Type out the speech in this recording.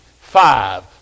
Five